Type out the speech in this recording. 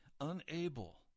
Unable